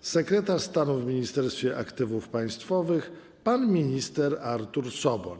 sekretarz stanu w Ministerstwie Aktywów Państwowych pan minister Artur Soboń.